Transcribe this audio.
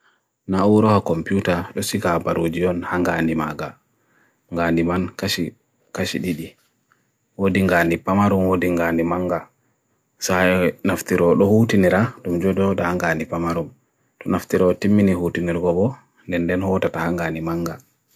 na uroha komputa resika abarujion hanga animaga nga animan kashi didi wo dinga ani pamarung wo dinga ani manga sayo naftiro lo hootinira dunjudo da hanga ani pamarung naftiro timmini hootinirubo nenden hootata hanga ani manga